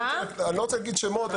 אני לא רוצה להגיד שמות,